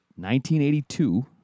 1982